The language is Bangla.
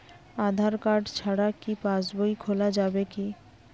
আধার কার্ড ছাড়া কি পাসবই খোলা যাবে কি?